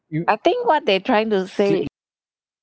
I think what they trying to say